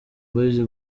boyz